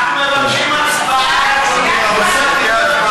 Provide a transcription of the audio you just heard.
אנחנו מבקשים הצבעה, אדוני.